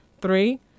Three